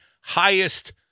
highest